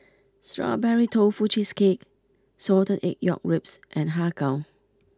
Strawberry Tofu Cheesecake Salted Egg York Ribs and Har Kow